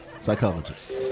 psychologist